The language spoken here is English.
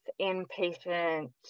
inpatient